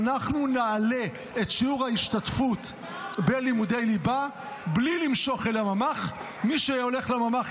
שנעלה את שיעור ההשתתפות בלימודי ליבה בלי למשוך אל הממ"ח.